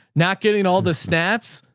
not getting all the snaps.